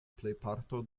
plejparto